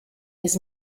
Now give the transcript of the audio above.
his